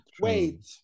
wait